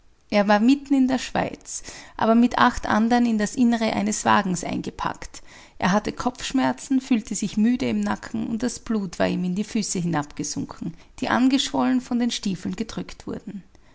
er war mitten in der schweiz aber mit acht andern in das innere eines wagens eingepackt er hatte kopfschmerzen fühlte sich müde im nacken und das blut war ihm in die füße hinabgesunken die angeschwollen von den stiefeln gedrückt wurden